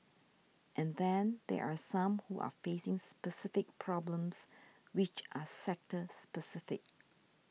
and then there are some who are facing specific problems which are sector specific